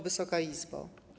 Wysoka Izbo!